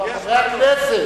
לחברי הכנסת,